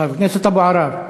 חבר הכנסת אבו עראר.